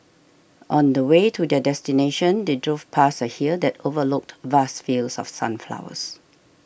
on the way to their destination they drove past a hill that overlooked vast fields of sunflowers